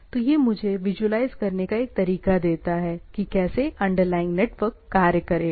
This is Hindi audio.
तो यह मुझे विजुअलाईज करने का एक तरीका देता है कि कैसे अंडरलाइंग नेटवर्क कार्य करेगा